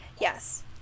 Yes